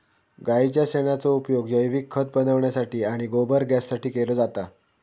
गाईच्या शेणाचो उपयोग जैविक खत बनवण्यासाठी आणि गोबर गॅससाठी केलो जाता